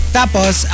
tapos